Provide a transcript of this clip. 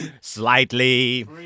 Slightly